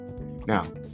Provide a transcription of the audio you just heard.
now